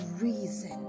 reason